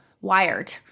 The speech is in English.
wired